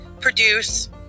produce